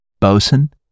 bosun